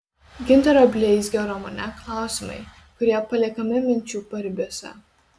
gintaro bleizgio romane klausimai kurie paliekami minčių paribiuose